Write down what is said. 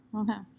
okay